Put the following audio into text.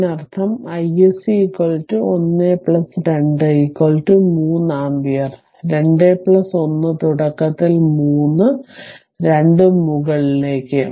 അതിനർത്ഥം iSC 1 2 3 ampere 2 1 തുടക്കത്തിൽ 3 രണ്ടും മുകളിലേക്ക്